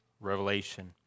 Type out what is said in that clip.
Revelation